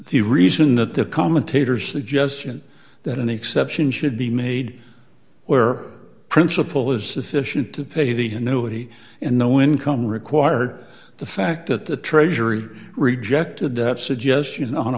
the reason that the commentators suggestion that an exception should be made where principle is sufficient to pay the new he and no income required the fact that the treasury rejected that suggestion on